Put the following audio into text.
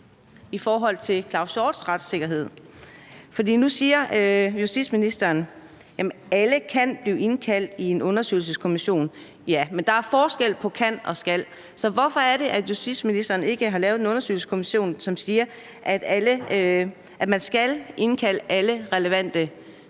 i forhold til Claus Hjort Frederiksens retssikkerhed, for ja, nu siger justitsministeren, at alle kan blive indkaldt i en undersøgelseskommission, men der er forskel på kan og skal. Så hvorfor er det, at justitsministeren ikke har lavet en undersøgelseskommission, som siger, at man skal indkalde alle relevante vidner?